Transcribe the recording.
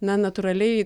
na natūraliai